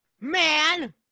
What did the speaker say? Man